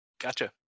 Gotcha